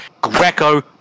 Greco